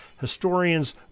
historians